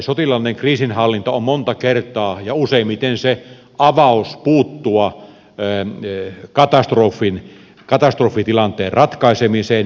sotilaallinen kriisinhallinta on monta kertaa ja useimmiten se avaus puuttua katastrofitilanteen ratkaisemiseen